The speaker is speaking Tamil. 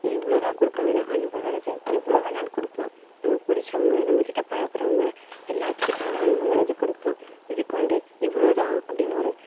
இவ்வளோ தான் கொடுக்குணுன்னு இல்லை அன்புங்கிறது எவ்வளோ வேணாலும் குடுக்கலாம் நமக்கு பிடிச்சவங்க நம்மகிட்ட பழகுறவுங்க எல்லாத்துக்கிட்டையும் இந்த அன்புங்கிறது கொடுக்லாம் இதுக்கு வந்து இவ்வளோ தான் அப்படின்னு ஒரு